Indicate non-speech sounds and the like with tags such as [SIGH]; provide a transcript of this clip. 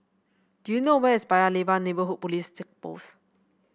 do you know where is Paya Lebar Neighbourhood Police [UNINTELLIGIBLE] Post